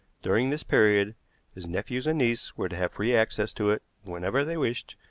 during this period his nephews and niece were to have free access to it whenever they wished,